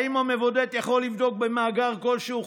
האם המבודד יכול לבדוק במאגר כלשהו?